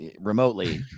remotely